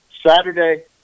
Saturday